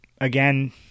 Again